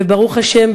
וברוך השם,